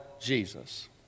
Jesus